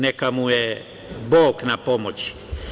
Neka mu je Bog na pomoći.